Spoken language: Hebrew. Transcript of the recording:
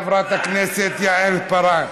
חברת הכנסת יעל כהן-פארן.